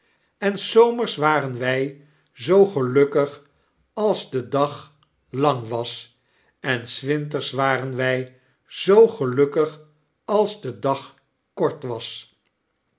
en s zomers waren wy zoo gelukkig alsdedaglang was en s winters waren wy zoo gelukkig als de dag kort was